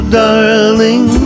darling